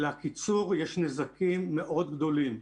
לקיצור יש נזקים מאוד גדולים.